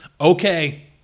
okay